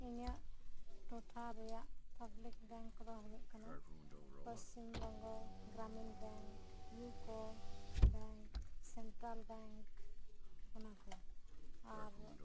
ᱤᱧᱟᱹᱜ ᱴᱚᱴᱷᱟ ᱨᱮᱭᱟᱜ ᱯᱟᱵᱽᱞᱤᱠ ᱵᱮᱸᱠ ᱠᱚᱫᱚ ᱦᱩᱭᱩᱜ ᱠᱟᱱᱟ Paschim Banga Gramin bank UCO bank central bank ᱚᱱᱟ ᱠᱚ ᱟᱨ